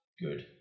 good